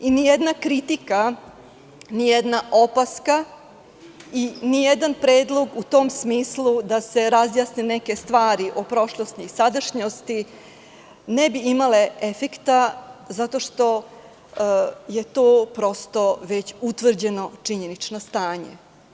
Nijedna kritika, nijedna opaska i nijedan predlog u tom smislu da se razjasne neke stvari o prošlosti i sadašnjosti ne bi imao efekta, zato što je to prosto već utvrđeno činjenično stanje.